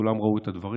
כולם ראו את הדברים.